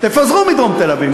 תפזרו מדרום תל-אביב,